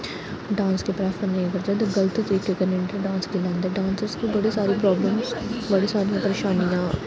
dance गी prefer नेईं करदे ते गलत तरीके कन्नै इं'दे डांस गी लैंदे डांसर्स गी बड़े सारी प्रोब्लम्स बड़ी सारियां परेशानियां